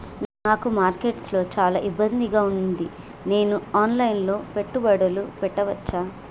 నాకు మార్కెట్స్ లో చాలా ఇబ్బందిగా ఉంది, నేను ఆన్ లైన్ లో పెట్టుబడులు పెట్టవచ్చా?